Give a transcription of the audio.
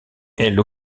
elle